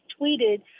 tweeted